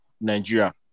Nigeria